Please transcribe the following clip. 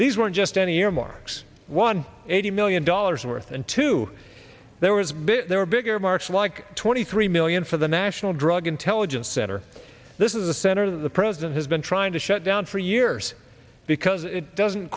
these weren't just any earmarks one eighty million dollars worth and two there was bit there were bigger march like twenty three million for the national drug intelligence center this is a center that the president has been trying to shut down for years because it doesn't